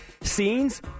scenes